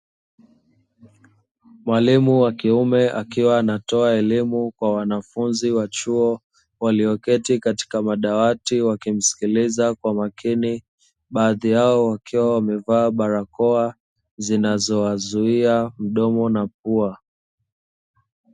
Mwalimu wa kiume, akiwa anatoa elimu kwa wanafunzi wa chuo walioketi katika madawati wakimsikiliza kwa makini, baadhi yao wakiwa wamevaa barakoa zinazowazuia mdomo na pua.